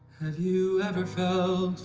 have you ever felt